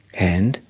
and,